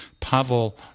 Pavel